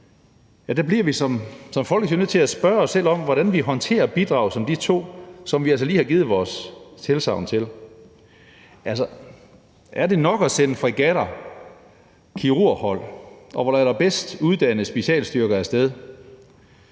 bliver nødt til at spørge os selv om, hvordan vi håndterer bidrag som de to bidrag, som vi altså lige har givet vores tilsagn til. Er det nok at sende fregatter, kirurghold og vores allerbedst uddannede specialstyrker af sted?